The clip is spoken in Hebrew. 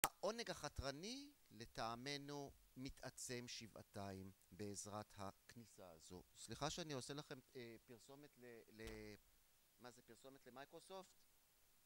העונג החתרני, לטעמנו, מתעצם שבעתיים בעזרת הכניסה הזו. סליחה שאני עושה לכם פרסומת ל... ל... מה זה, פרסומת למיקרוסופט?